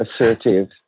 assertive